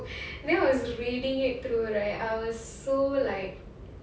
then I was reading it through right I was so like